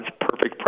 perfect